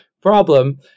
problem